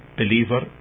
believer